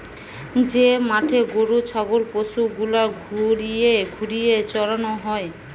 যে মাঠে গরু ছাগল পশু গুলার ঘুরিয়ে ঘুরিয়ে চরানো হয়